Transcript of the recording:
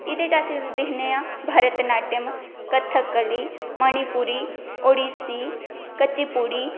एह्दे च अस दिक्खने आं भरत नाट्यम कथककली मणीपुरी ओडिसी कच्चीपुड़ी